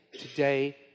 today